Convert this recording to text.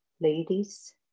ladies